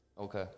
Okay